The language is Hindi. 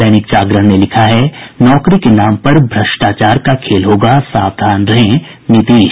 दैनिक जागरण ने लिखा है नौकरी के नाम पर भ्रष्टाचार का खेल होगा सावधान रहें नीतीश